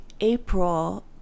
April